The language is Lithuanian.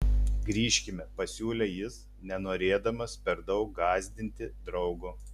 grįžkime pasiūlė jis nenorėdamas per daug gąsdinti draugo